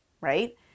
right